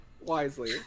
wisely